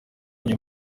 enye